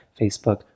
Facebook